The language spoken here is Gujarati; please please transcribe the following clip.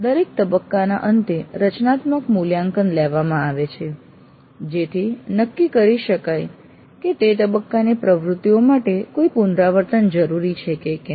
દરેક તબક્કાના અંતે રચનાત્મક મૂલ્યાંકન લેવામાં આવે છે જેથી નક્કી કરી શકાય કે તે તબક્કાની પ્રવૃત્તિઓ માટે કોઈ પુનરાવર્તન જરૂરી છે કે કેમ